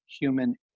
human